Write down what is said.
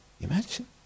Imagine